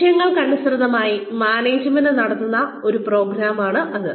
ലക്ഷ്യങ്ങൾക്കനുസൃതമായി management നടത്തുന്ന ഒരു പ്രോഗ്രാമാണ് ഇത്